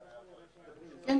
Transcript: כן.